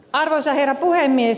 arvoisa herra puhemies